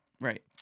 Right